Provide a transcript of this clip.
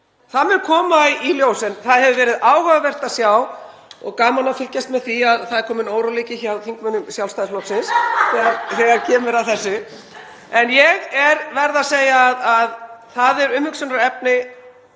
Það mun koma í ljós. Það hefði verið áhugavert að sjá, og það er gaman að fylgjast með því að það er kominn óróleiki meðal þingmanna Sjálfstæðisflokksins þegar kemur að þessu. En ég verð að segja að það er umhugsunarefni